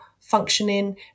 functioning